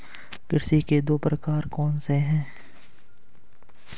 कृषि के दो प्रकार कौन से हैं?